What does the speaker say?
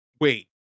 Wait